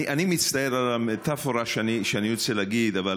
אני מצטער על המטפורה שאני רוצה להגיד, אבל